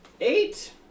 eight